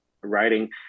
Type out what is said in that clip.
writing